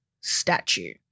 statue